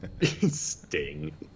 Sting